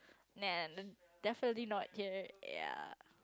nah definitely not here ya